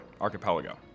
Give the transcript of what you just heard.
archipelago